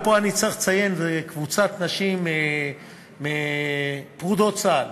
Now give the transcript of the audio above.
ופה אני צריך לציין קבוצת נשים פרודות צה"ל,